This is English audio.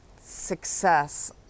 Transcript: success